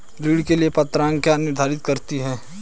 ऋण के लिए पात्रता क्या निर्धारित करती है?